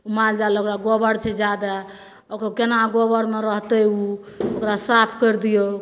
ओ माल जाल ओकरा गोबर छै जादा ओकर केना गोबरमे रहतै ओ ओकरा साफ कैरि दियौ